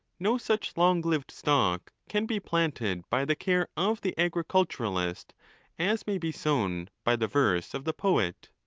no such long-lived stock can be planted by the care of the agriculturist as may be sown by the verse of the poet.